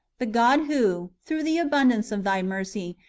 the god who, through the abundance of thy mercy,